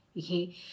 okay